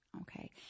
Okay